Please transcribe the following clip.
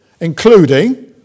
including